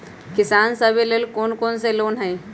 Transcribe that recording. किसान सवे लेल कौन कौन से लोने हई?